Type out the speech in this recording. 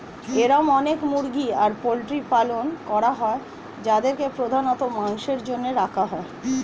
এরম অনেক মুরগি আর পোল্ট্রির পালন করা হয় যাদেরকে প্রধানত মাংসের জন্য রাখা হয়